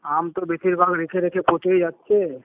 আম তো বেশীরভাগ রেখে রেখে পচেই যাচ্ছে